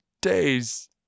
days